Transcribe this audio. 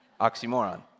oxymoron